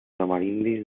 amerindis